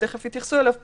שתיכף יתייחסו אליו פה,